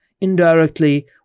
indirectly